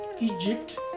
Egypt